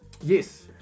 Yes